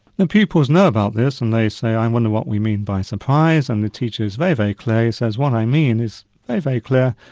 the pupils know about this and they say, i wonder what we mean by surprise, and the teacher is very, very clearly says, what i mean is very, very clear,